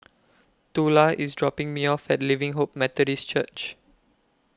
Tula IS dropping Me off At Living Hope Methodist Church